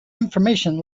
information